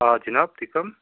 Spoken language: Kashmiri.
آ جِناب تُہۍ کٕم